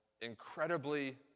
incredibly